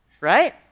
right